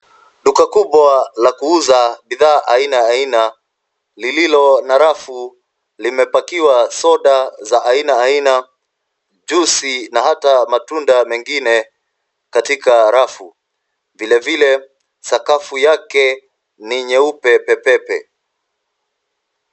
Duka kubwa la kuuza bidhaa aina aina lililo na rafu limepakiwa soda za aina aina,(cs)juice(cs) na hata matunda mengine katika rafu. Vilevile, sakafu yake ni nyeupe pe pe pe!